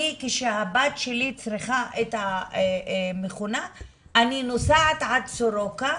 כשהבת שלי צריכה את המכונה אני נוסעת עד סורוקה,